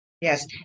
Yes